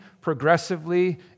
progressively